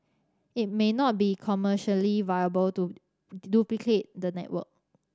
it may not be commercially viable to the network